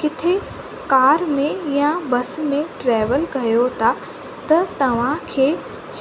किथे कार में या बस में ट्रेवल कयो था त तव्हांखे